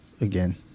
again